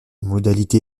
modalités